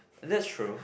that's true